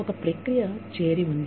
ఒక ప్రక్రియ ఉంది